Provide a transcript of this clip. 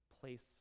Place